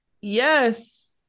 Yes